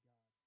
God